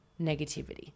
negativity